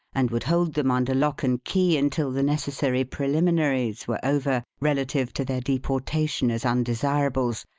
and would hold them under lock and key until the necessary preliminaries were over, relative to their deportation as undesirables,